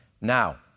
Now